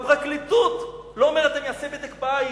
והפרקליטות לא אומרת: אני אעשה בדק-בית,